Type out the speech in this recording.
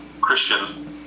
Christian